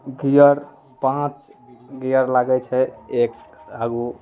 gear पाँच gear लागै छै एक आगू